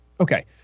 Okay